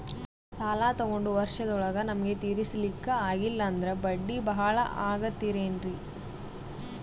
ಸಾಲ ತೊಗೊಂಡು ವರ್ಷದೋಳಗ ನಮಗೆ ತೀರಿಸ್ಲಿಕಾ ಆಗಿಲ್ಲಾ ಅಂದ್ರ ಬಡ್ಡಿ ಬಹಳಾ ಆಗತಿರೆನ್ರಿ?